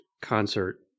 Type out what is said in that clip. concert